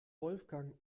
wolfgang